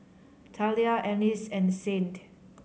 Talia Ennis and Saint